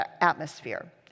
atmosphere